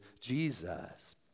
Jesus